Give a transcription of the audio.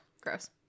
Gross